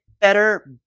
better